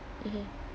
mmhmm